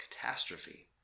catastrophe